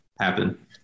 happen